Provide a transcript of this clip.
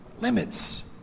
limits